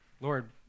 Lord